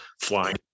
flying